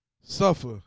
suffer